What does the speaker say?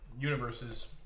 universes